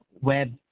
web